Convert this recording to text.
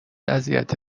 اذیت